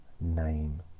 name